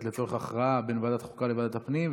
לצורך הכרעה בין ועדת החוקה לוועדת הפנים,